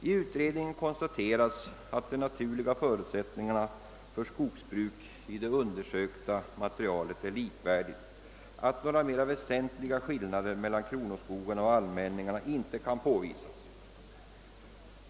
I utredningen konstateras, att de naturliga förutsättningarna för skogsbruk i det undersökta materialet är likvärdiga, »att några mer väsentliga skillnader mellan kronoskogarna och allmänningarna inte kan påvisas».